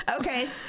okay